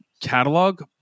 catalog